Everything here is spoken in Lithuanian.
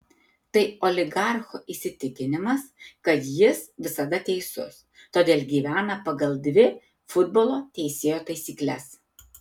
tai oligarcho įsitikinimas kad jis visada teisus todėl gyvena pagal dvi futbolo teisėjo taisykles